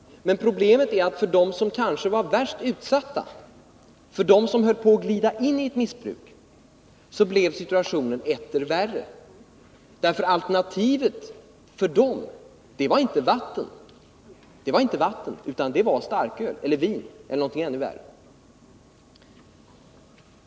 Men problemet är att det för dem som kanske var värst utsatta, som höll på att glida in i ett missbruk, så blev situationen etter värre. Alternativet för dem var nämligen inte vatten, utan det var starköl, vin eller någonting ännu starkare.